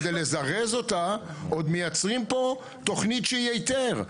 כדי לזרז אותה עוד מייצרים פה תכנית שהיא היתר.